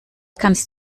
kannst